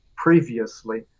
previously